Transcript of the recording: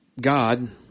God